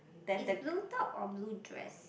is blue top or blue dress